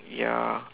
ya